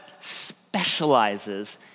specializes